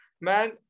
man